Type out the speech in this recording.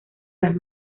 las